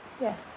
Yes